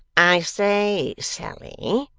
i say, sally,